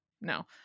No